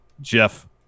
Jeff